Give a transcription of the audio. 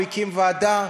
הוא הקים ועדה.